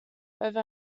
over